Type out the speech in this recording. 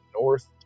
north